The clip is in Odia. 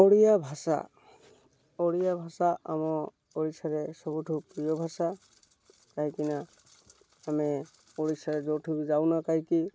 ଓଡ଼ିଆ ଭାଷା ଓଡ଼ିଆ ଭାଷା ଆମ ଓଡ଼ିଶାରେ ସବୁଠୁ ପ୍ରିୟ ଭାଷା କାହିଁକି ନା ଆମେ ଓଡ଼ିଶାରେ ଯେଉଁଠୁ ବି ଯାଉନା କାହିଁକି